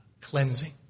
cleansing